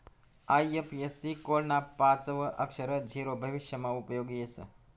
IFSC code ना पाचवं अक्षर झीरो भविष्यमा उपयोगी येस